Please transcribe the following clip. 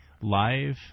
live